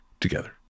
together